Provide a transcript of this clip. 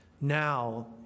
Now